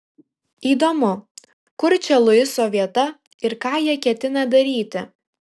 įdomu kur čia luiso vieta ir ką jie ketina daryti